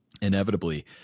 inevitably